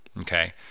okay